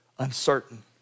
uncertain